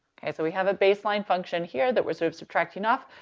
okay. so we have a baseline function here that we're sort of subtracting off.